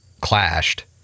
clashed